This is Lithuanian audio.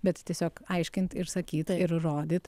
bet tiesiog aiškint ir sakyt ir rodyt